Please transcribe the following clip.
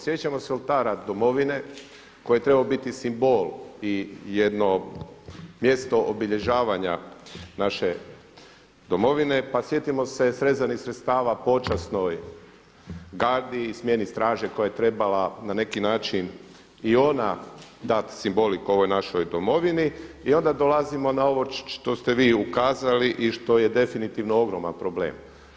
Sjećamo se Oltara domovine koji je trebao biti simbol i jedno mjesto obilježavanja naše domovine, pa sjetimo se srezanih sredstava počasnoj gardi i smjeni straže koja je trebala na neki način i ona dati simboliku ovoj našoj domovini, i onda dolazimo na ovo što ste vi ukazali i što je definitivno ogroman problem.